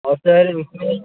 और सर इसमें